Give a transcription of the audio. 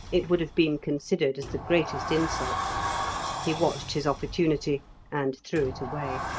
it would have been considered as the greatest insult he watched his opportunity and threw it away.